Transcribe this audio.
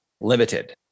limited